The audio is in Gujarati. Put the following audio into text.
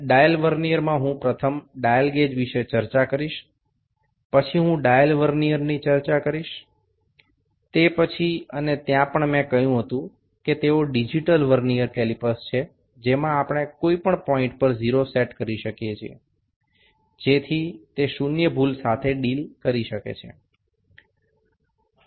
ડાયલ વર્નીઅરમાં હું પ્રથમ ડાયલ ગેજ વિશે ચર્ચા કરીશ પછી હું ડાયલ વર્નિઅરની ચર્ચા કરીશ તે પછી અને ત્યાં પણ મેં કહ્યું હતું કે તેઓ ડિજિટલ વર્નિઅર કેલિપર્સ છે જેમાં આપણે કોઈ પણ પોઇન્ટ પર 0 સેટ કરી શકીએ છીએ જેથી તે શૂન્ય ભૂલ સાથે ડીલ કરી શકે